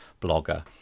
blogger